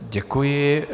Děkuji.